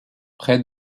près